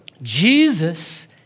Jesus